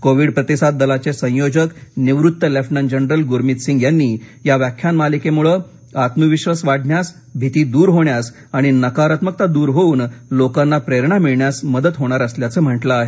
Covid प्रतिसाद दलाचे संयोजक निवृत्त लेफ्टनंट जनरल गुरमीत सिंग यांनी या व्याख्यान मालिकेमुळे आत्मविश्वास वाढण्यास भीती दूर होण्यास आणि नकारात्मकता दूर होवून लोकांना प्रेरणा मिळण्यास मदत मिळणार असल्याचं म्हटलं आहे